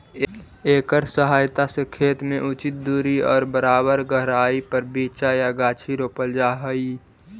एकर सहायता से खेत में उचित दूरी और बराबर गहराई पर बीचा या गाछी रोपल जा हई